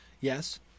Yes